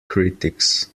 critics